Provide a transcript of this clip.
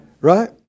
Right